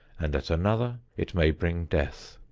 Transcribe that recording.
and at another it may bring death.